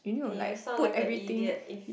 and you sounds like a idiot if